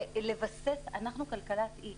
אנחנו כלכלת אי.